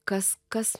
kas kas